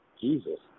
Jesus